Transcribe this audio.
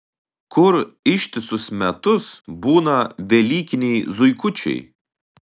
kur ištisus metus būna velykiniai zuikučiai